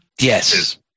Yes